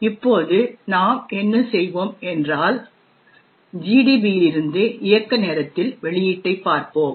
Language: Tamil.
இப்போது நாம் என்ன செய்வோம் என்றால் GDBயிலிருந்து இயக்க நேரத்தில் வெளியீட்டைப் பார்ப்போம்